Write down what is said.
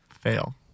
fail